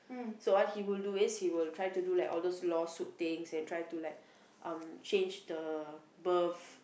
so what he would do is he will try to do like all those lawsuit things and try to like um change the birth